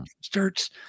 starts